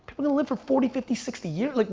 are gonna live for forty, fifty, sixty years, like,